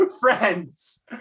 friends